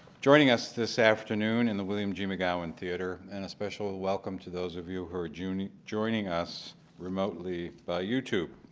joining us this afternoon in the william g. mcgowan theater and a special ah welcome to those of you who are joining joining us remotely via youtube.